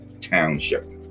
Township